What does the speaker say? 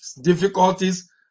difficulties